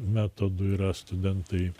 metodu yra studentai